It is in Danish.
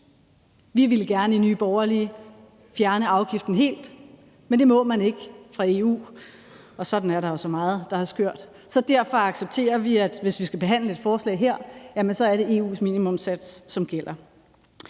Vi i Nye Borgerlige ville gerne fjerne afgiften helt, men det må man ikke ifølge EU, og sådan er der jo så meget, der er skørt. Derfor accepterer vi, at hvis vi skal behandle et forslag her, er det EU's minimumssats, der gælder.